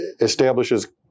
establishes